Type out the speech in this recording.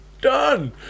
Done